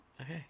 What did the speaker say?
Okay